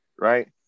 right